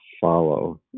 follow